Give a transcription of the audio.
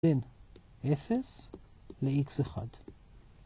בין 0 ל-x1.